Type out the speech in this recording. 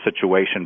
situation